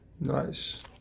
Nice